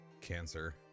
cancer